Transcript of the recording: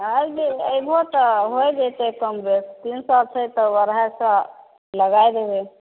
हॅं एहिबेर अयबहो तऽ होइ जइतै कम बेस तीन सए छै तऽ अढ़ाइ सए लगाइ देबै